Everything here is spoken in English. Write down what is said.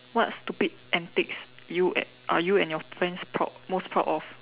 what stupid antics you and are you and your friends proud most proud of